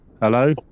Hello